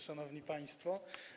Szanowni Państwo!